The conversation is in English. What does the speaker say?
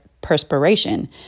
perspiration